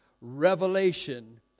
revelation